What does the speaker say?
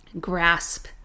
grasp